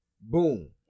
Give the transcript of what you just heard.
Boom